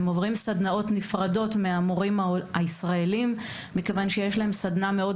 הם עוברים סדנאות נפרדות מהמורים הישראלים מכיוון שיש להם סדנה מאוד